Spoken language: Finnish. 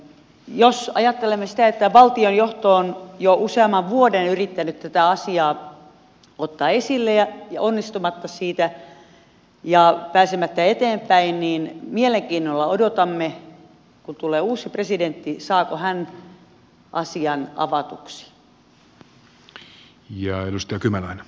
jos ajattelemme sitä että valtion johto on jo useamman vuoden yrittänyt tätä asiaa ottaa esille onnistumatta siinä ja pääsemättä eteenpäin niin mielenkiinnolla odotamme kun tulee uusi presidentti saako hän asian avatuksi